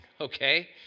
okay